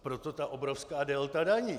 Proto ta obrovská delta daní.